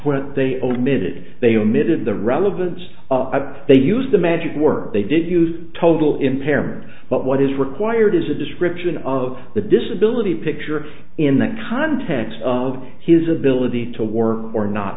what they omitted they omitted the relevance of they used the magic words they did use total impairment but what is required is a description of the disability picture in the context of his ability to work or not